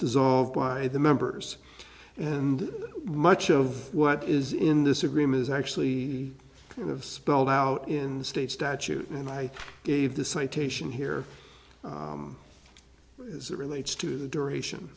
dissolved by the members and much of what is in this agreement is actually kind of spelled out in the state statute and i gave the citation here as it relates to the duration